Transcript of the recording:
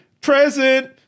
present